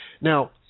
Now